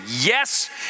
yes